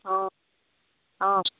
অঁ অঁ